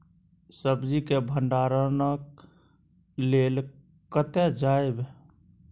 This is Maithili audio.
सब्जी के भंडारणक लेल कतय जायब?